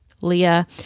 Leah